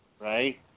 right